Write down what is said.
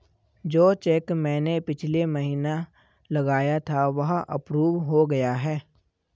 जो चैक मैंने पिछले महीना लगाया था वह अप्रूव हो गया है